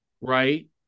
right